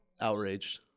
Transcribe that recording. outraged